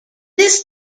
this